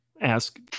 ask